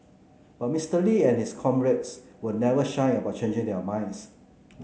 but Mister Lee and his comrades were never shy about changing their minds